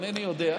אינני יודע.